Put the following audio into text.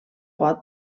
vot